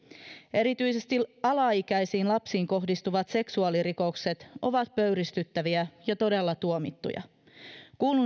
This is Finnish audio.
erityisesti alaikäisiin lapsiin kohdistuvat seksuaalirikokset ovat pöyristyttäviä ja todella tuomittuja kuulun